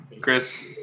Chris